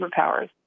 superpowers